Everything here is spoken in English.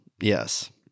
Yes